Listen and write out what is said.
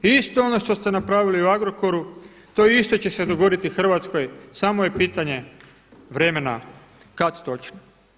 Isto ono što ste napravili u Agrokoru, to isto će se dogoditi Hrvatskoj, samo je pitanje vremena kada točno.